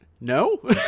No